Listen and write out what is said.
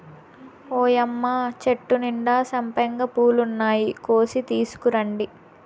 ఓయ్యమ్మ చెట్టు నిండా సంపెంగ పూలున్నాయి, కోసి తీసుకురండి